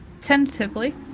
tentatively